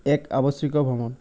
এক আৱশ্যকীয় ভ্ৰমণ